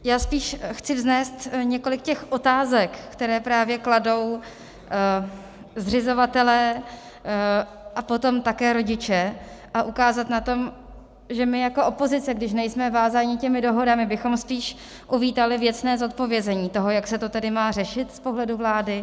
Já spíš chci vznést několik otázek, které právě kladou zřizovatelé a potom také rodiče, a ukázat na tom, že my jako opozice, když nejsme vázáni těmi dohodami, bychom spíš uvítali věcné zodpovězení toho, jak se to tedy má řešit z pohledu vlády.